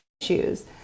issues